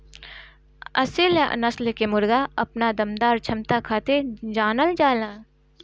असील नस्ल के मुर्गा अपना दमदार क्षमता खातिर जानल जाला